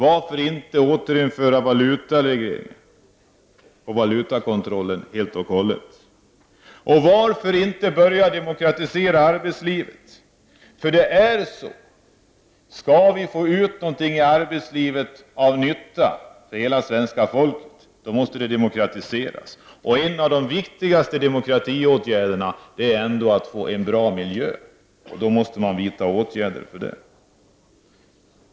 Varför inte återinföra valutaregleringen och valutakontrollen helt och hållet? Och varför inte börja demokratisera arbetslivet? Skall vi i arbetslivet få ut någonting av nytta för hela svenska folket, så måste arbetslivet demokratiseras. En av de viktigaste demokratiåtgärderna är ändå att få en bra miljö, och då måste man vidta åtgärder för detta.